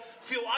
feel